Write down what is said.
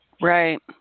Right